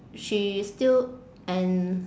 she is still and